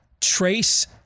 trace